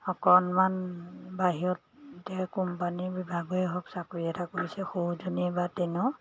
অকণমান বাহিৰত এতিয়া কোম্পানীৰ বিভাগেই হওক চাকৰি এটা কৰিছে সৰুজনী এইবাৰ টেনত